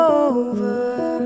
over